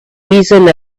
reason